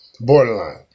borderline